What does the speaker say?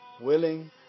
willing